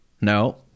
No